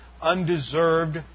undeserved